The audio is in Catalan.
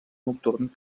nocturn